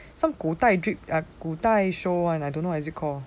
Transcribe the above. some 古代 drip 古代 show [one] I don't know what is it call